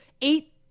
Eight